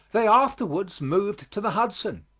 they afterwards moved to the hudson,